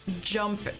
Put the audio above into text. jump